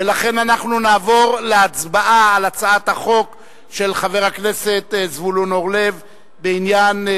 ולכן נעבור להצבעה על הצעת החוק של חבר הכנסת זבולון אורלב בעניין,